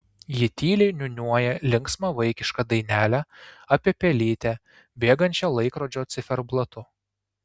ji tyliai niūniuoja linksmą vaikišką dainelę apie pelytę bėgančią laikrodžio ciferblatu